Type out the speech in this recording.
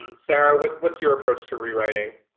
sarah what's what's your approach to rewriting?